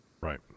Right